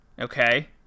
Okay